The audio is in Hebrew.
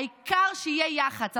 העיקר שיהיה יח"צ.